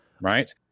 right